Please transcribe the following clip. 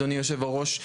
אדוני יושב הראש,